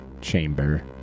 chamber